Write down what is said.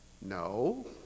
No